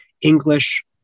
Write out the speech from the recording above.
English